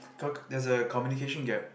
talk there's a communication gap